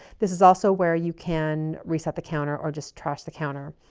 this is also where you can reset the counter or just trust the counter.